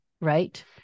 right